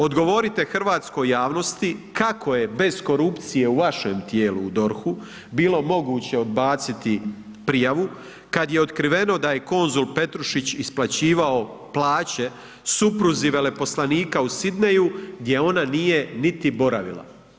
Odgovorite hrvatskoj javnosti kako je bez korupcije u vašem tijelu u DORH-u bilo moguće odbaciti prijavu kada je otkriveno da je konzul Petrušić isplaćivao plaće supruzi veleposlanika u Sidneyju gdje ona nije niti boravila?